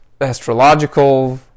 astrological